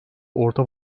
orta